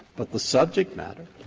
but the subject matter,